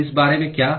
इस बारे में क्या